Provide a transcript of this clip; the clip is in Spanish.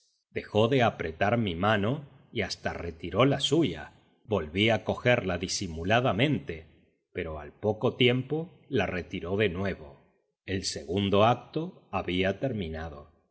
dejó de apretar mi mano y hasta retiró la suya volví a cogerla disimuladamente pero al poco tiempo la retiró de nuevo el segundo acto había terminado